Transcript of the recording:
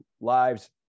lives